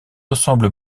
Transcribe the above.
ressemble